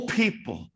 people